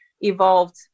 evolved